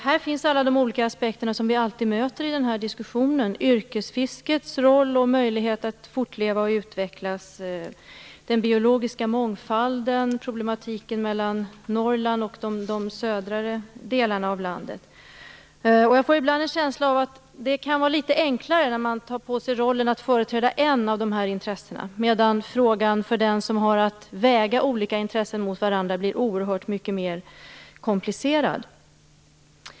Här finns alla de olika aspekter som vi alltid möter i den här diskussionen - yrkesfiskets roll och möjligheter att fortleva och utvecklas, den biologiska mångfalden samt problematiken mellan Norrland och de södra delarna av landet. Jag får ibland en känsla av att det kan vara enklare att ta på sig rollen som företrädare för ett av de här intressena, medan frågan för den som har att väga olika intressen mot varandra blir oerhört mycket mer komplicerad.